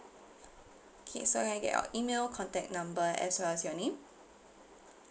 okay so can I get your email contact number as well as your name